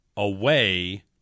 away